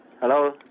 hello